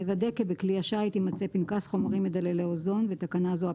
יוודא כי בכלי השיט יימצא פנקס חומרים מדללי אוזון (בתקנה זו,